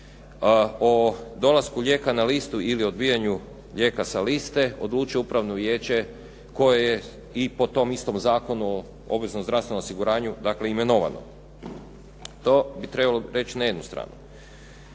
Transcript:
o dolasku lijeka na listu ili odbijanju lijeka sa liste odlučuje upravno vijeće koje je i po tom istom Zakonu o obveznom zdravstvenom osiguranju, dakle imenovano. To bi trebalo reći na jednu stranu.